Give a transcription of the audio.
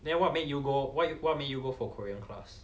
then what made you go what you what made you go for korean class